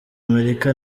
amerika